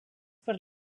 per